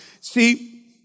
see